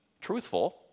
truthful